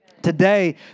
Today